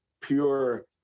pure